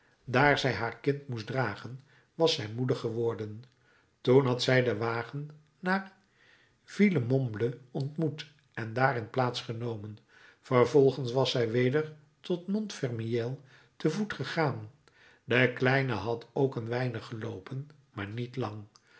daar zij haar kind moest dragen was zij moede geworden toen had zij den wagen naar villemomble ontmoet en daarin plaats genomen vervolgens was zij weder tot montfermeil te voet gegaan de kleine had ook een weinig geloopen maar niet lang